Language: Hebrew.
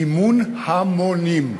מימון המונים,